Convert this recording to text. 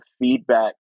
feedback